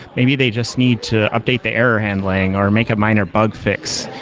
maybe they just need to update the error handling, or make a minor bug fix.